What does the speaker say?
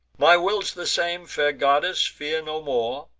my will's the same fair goddess, fear no more,